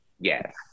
Yes